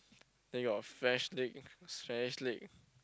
then got French-League Chinese -eague